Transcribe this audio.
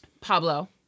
Pablo